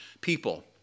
people